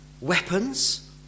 weapons